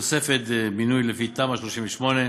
תוספת בינוי לפי תמ"א 38,